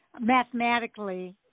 mathematically